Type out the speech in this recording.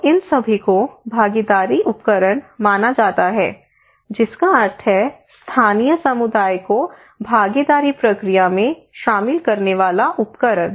तो इन सभी को भागीदारी उपकरण माना जाता है जिसका अर्थ है स्थानीय समुदाय को भागीदारी प्रक्रिया में शामिल करने वाला उपकरण